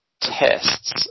tests